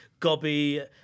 gobby